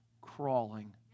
crawling